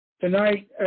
Tonight